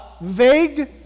vague